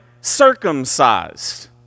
circumcised